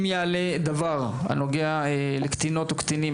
אם יעלה דבר הנוגע לקטינות וקטינים,